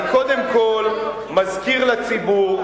אני קודם כול מזכיר לציבור,